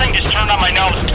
just turned on my nose.